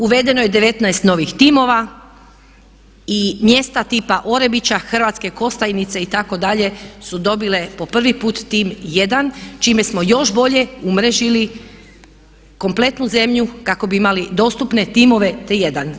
Uvedeno je 19 novih timova i mjesta tipa Orebića, Hrvatske Kostajnice itd. su dobile po prvi put tim1 čime smo još bolje umrežili kompletnu zemlju kako bi imali dostupne timove T1.